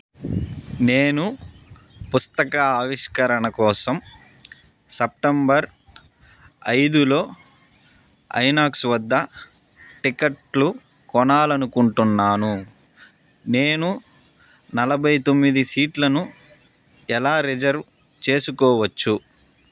నేను పుస్తక ఆవిష్కరణ కోసం సెప్టెంబర్ ఐదులో ఐనాక్స్ వద్ద టిక్కెట్లు కొనాలని అనుకుంటున్నాను నేను నలభై తొమ్మిది సీట్లను ఎలా రిజర్వ్ చేసుకోవచ్చు